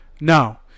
Now